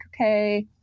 okay